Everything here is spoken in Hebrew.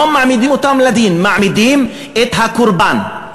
היום מעמידים אותם לדין, מעמידים לדין את הקורבן.